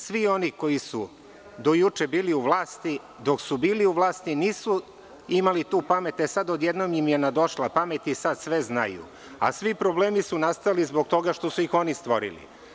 Svi oni koji su do juče bili u vlasti, dok su bili u vlasti nisu imali tu pamet, sad odjednom im je nadošla pamet i sad sve znaju, a svi problemi su nastali zbog toga što su ih oni stvorili.